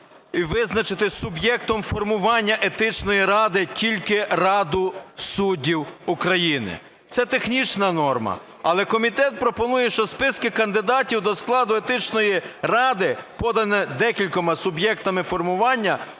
визначити суб'єктом формування Етичної ради тільки Раду суддів України. Це технічна норма, але комітет пропонує, що списки кандидатів до складу Етичної ради, подані декількома суб'єктами формування,